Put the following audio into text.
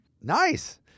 Nice